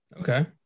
Okay